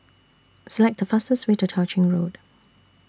Select The fastest Way to Tao Ching Road